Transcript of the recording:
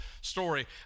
story